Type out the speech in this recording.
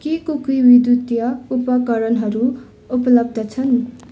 के कुकी विद्युतीय उपकरणहरू उपलब्ध छन्